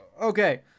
Okay